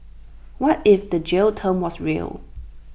what if the jail term was real